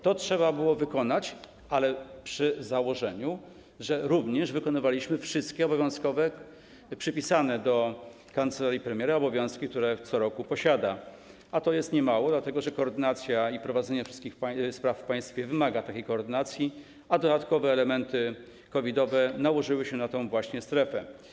To trzeba było wykonać, ale przy założeniu, że również wykonywaliśmy wszystkie przypisane kancelarii premiera obowiązki, które co roku posiada, a to jest niemało, dlatego że prowadzenie wszystkich spraw w państwie wymaga takiej koordynacji, a dodatkowe elementy COVID-owe nałożyły się na tę właśnie strefę.